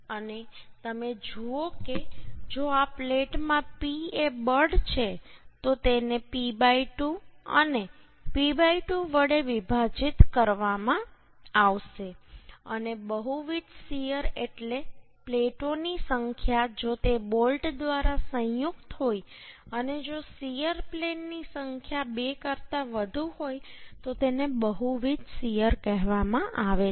અને તમે જુઓ કે જો આ પ્લેટમાં P એ બળ છે તો તેને P 2 અને P 2 વડે વિભાજિત કરવામાં આવશે અને બહુવિધ શીયર એટલે પ્લેટોની સંખ્યા જો તે બોલ્ટ દ્વારા સંયુક્ત હોય અને જો શીયર પ્લેનની સંખ્યા બે કરતા વધુ હોય તો તેને બહુવિધ શીયર કહેવામાં આવે છે